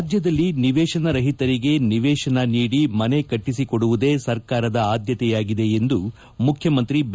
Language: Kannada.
ರಾಜ್ಞದಲ್ಲಿ ನಿವೇಶನರಹಿತರಿಗೆ ನಿವೇಶನ ನೀಡಿ ಮನೆ ಕಟ್ಟಿಸಿಕೊಡುವುದೇ ಸರ್ಕಾರದ ಆದ್ಯತೆಯಾಗಿದೆ ಎಂದು ಮುಖ್ಯಮಂತ್ರಿ ಬಿ